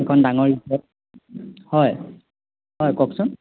এখন ডাঙৰ ৰিজৰ্ট হয় হয় কওকচোন